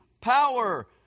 power